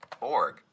Org